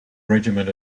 regiment